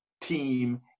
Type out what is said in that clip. team